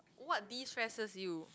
what destresses you